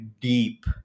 deep